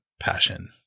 passion